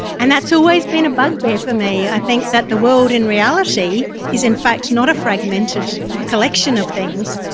and that's always been a bugbear for me, i think that the world in reality is in fact not a fragmented collection of things,